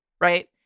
right